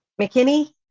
McKinney